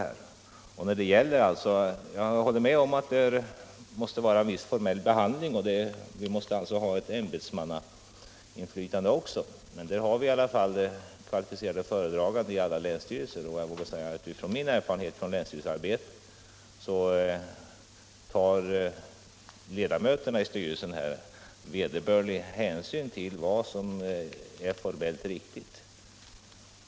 Jag håller med kommunministern om att det måste vara «a viss formell behandling av ärendena och att vi också måste ha ämbetsmannainflytande, men vi har ju i alla fall kvalificerade föredragande i alla länsstyrelser, och jag vågar utifrån min erfarenhet av länsstyrelsearbetet säga att ledamöterna i styrelsen tar vederbörlig hänsyn till vad som är formellt riktigt.